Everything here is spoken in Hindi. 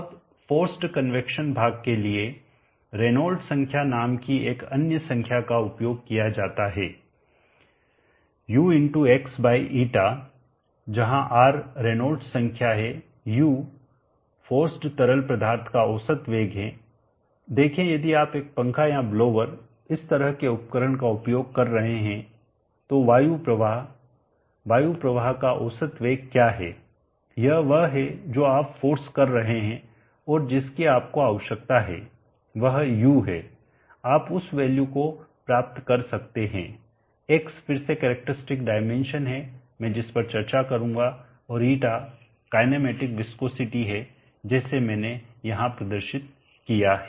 अब फोर्सड कन्वैक्शन भाग के लिए रेनॉल्ड्स संख्या नाम की एक अन्य संख्या का उपयोग किया जाता है u X η जहां R रेनॉल्ड्स संख्या है u फोर्सड तरल पदार्थ का औसत वेग है देखें यदि आप एक पंखा या ब्लोअर या इस तरह के उपकरण का उपयोग कर रहे हैं तो वायु प्रवाह वायु प्रवाह का औसत वेग क्या है यह वह हैं जो आप फोर्स कर रहे हैं और जिसकी आपको आवश्यकता है वह u हैआप उस वैल्यू को प्राप्त कर सकते हैं X फिर से कैरेक्टरस्टिक डाइमेंशन है मैं जिस पर चर्चा करूंगा और η काईनेमेटिक विस्कोसिटी है जैसे मैंने यहाँ प्रदर्शित किया है